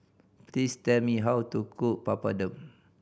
please tell me how to cook Papadum